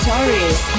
Stories